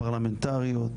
הפרלמנטריות.